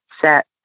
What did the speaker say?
set